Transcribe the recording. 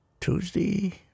Tuesday